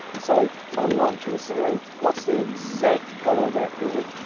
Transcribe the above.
so i'm not considering what's the exact colour of that hill,